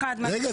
אחת --- רגע,